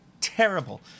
terrible